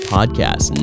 Podcast